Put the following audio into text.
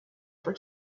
for